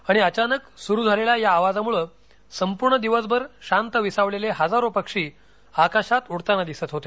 आणि अचानक सुरू झालेल्या या आवाजामुळे संपूर्ण दिवसभर शांत विसावलेले हजारो पक्षी आकाशात उडतांना दिसत होते